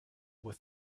with